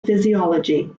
physiology